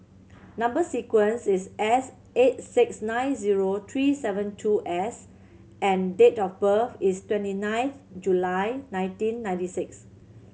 number sequence is S eight six nine zero three seven two S and date of birth is twenty ninth July nineteen ninety six